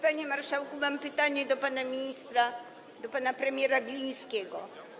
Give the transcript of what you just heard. Panie marszałku, mam pytanie do pana ministra, do pana premiera Glińskiego.